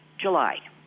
July